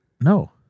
No